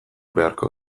beharko